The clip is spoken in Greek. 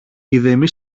ειδεμή